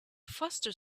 foster